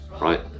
right